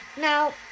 now